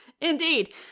indeed